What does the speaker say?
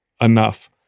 enough